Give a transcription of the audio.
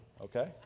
okay